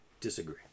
Disagree